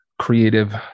creative